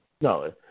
No